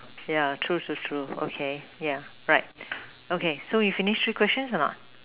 ya true true true okay yeah right okay so we finish three question a not